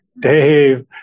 Dave